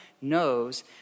knows